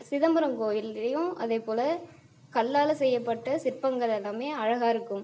சிதம்பரம் கோயில்லேயும் அதே போல் கல்லால் செய்யப்பட்ட சிற்பங்கள் எல்லாமே அழகாக இருக்கும்